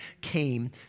came